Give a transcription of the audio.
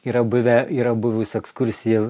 yra buvę yra buvusi ekskursija